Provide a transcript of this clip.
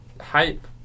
hype